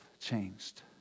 changed